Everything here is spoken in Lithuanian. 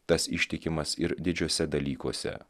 tas ištikimas ir didžiuose dalykuose